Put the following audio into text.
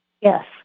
yes